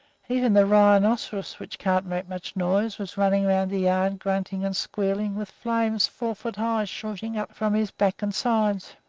even the rhinoceros, which can't make much noise, was running around the yard grunting and squealing, with flames four feet high shooting up from his back and sides.